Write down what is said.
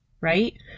right